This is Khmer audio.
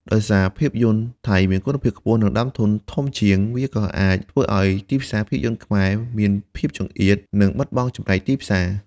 ដោយសារភាពយន្តថៃមានគុណភាពខ្ពស់ និងដើមទុនធំជាង វាក៏អាចធ្វើឲ្យ ទីផ្សារភាពយន្តខ្មែរមានភាពចង្អៀត និងបាត់បង់ចំណែកទីផ្សារ។